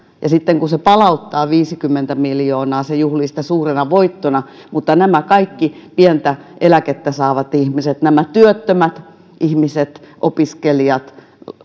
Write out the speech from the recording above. sitten kun se palauttaa viisikymmentä miljoonaa se juhlii sitä suurena voittona mutta nämä kaikki pientä eläkettä saavat ihmiset nämä työttömät ihmiset opiskelijat